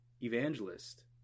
evangelist